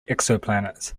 exoplanets